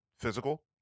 Physical